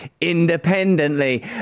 independently